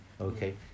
okay